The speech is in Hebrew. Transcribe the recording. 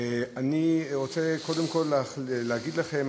אני רוצה קודם כול להגיד לכם,